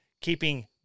keeping